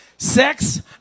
Sex